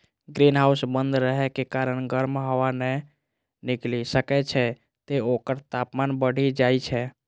greenhouse बंद रहै के कारण गर्म हवा नै निकलि सकै छै, तें ओकर तापमान बढ़ि जाइ छै